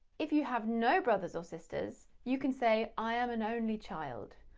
if you have no brothers or sisters, you can say i am an only child.